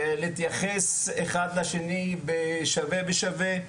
להתייחס אחד לשני שווה בשווה,